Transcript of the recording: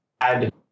add